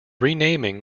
renaming